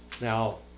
Now